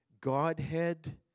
Godhead